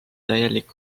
täielik